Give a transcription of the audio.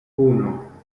uno